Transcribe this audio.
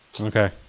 okay